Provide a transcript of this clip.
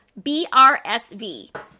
BRSV